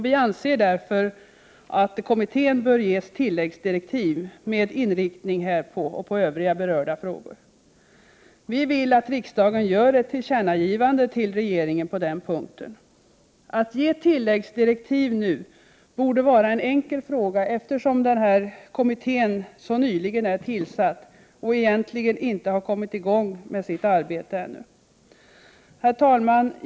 Vi anser därför att kommittén bör ges tilläggsdirektiv med inriktning på detta och på övriga berörda frågor. Vi vill att riksdagen gör ett tillkännagivande till regeringen på den punkten. Att ge tilläggsdirektiv nu borde vara en enkel sak, eftersom kommittén så nyligen är tillsatt och egentligen ännu inte kommit i gång med sitt arbete. Herr talman!